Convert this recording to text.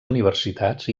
universitats